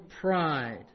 pride